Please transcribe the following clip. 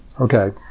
Okay